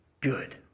good